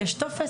יש טופס,